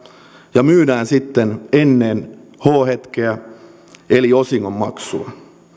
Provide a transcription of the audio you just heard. ja myydään sitten ennen h hetkeä eli osingon maksua